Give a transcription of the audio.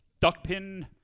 Duckpin